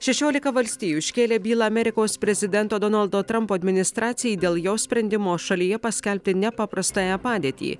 šešiolika valstijų iškėlė bylą amerikos prezidento donaldo trumpo administracijai dėl jos sprendimo šalyje paskelbti nepaprastąją padėtį